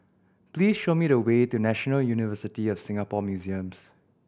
please show me the way to National University of Singapore Museums